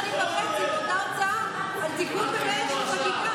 תגובת השופט סולברג באמצעות דוברות בית המשפט.